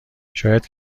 شاید